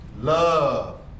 love